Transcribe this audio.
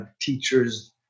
teachers